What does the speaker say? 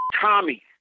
Tommy